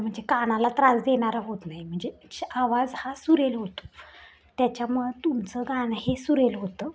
म्हणजे कानाला त्रास देणारा होत नाही म्हणजे च् आवाज हा सुरेल होतो त्याच्यामुळं तुमचं गाणं हे सुरेल होतं